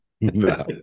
No